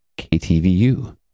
KTVU